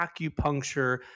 acupuncture